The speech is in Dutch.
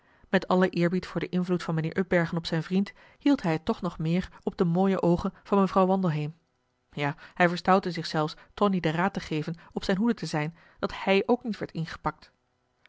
met allen eerbied voor den invloed van mijnheer upbergen op zijn vriend hield hij het toch nog meer op de mooie oogen van mevrouw wandelheem ja hij verstoutte zich zelfs tonie den raad te geven op zijn hoede te zijn dat hij ook niet werd ingepakt